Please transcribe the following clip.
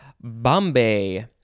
bombay